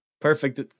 Perfect